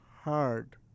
hard